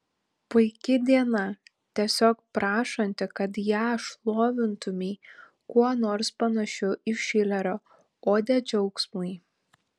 puiki diena tiesiog prašanti kad ją šlovintumei kuo nors panašiu į šilerio odę džiaugsmui